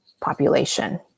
population